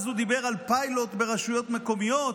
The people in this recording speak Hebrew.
אז הוא דיבר על פיילוט ברשויות מקומיות,